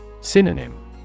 Synonym